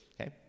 okay